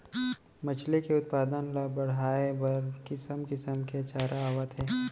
मछरी के उत्पादन ल बड़हाए बर किसम किसम के चारा आवत हे